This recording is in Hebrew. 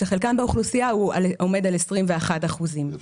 כשחלקם באוכלוסייה עומד על 21%. יפה.